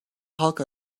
halk